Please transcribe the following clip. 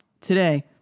today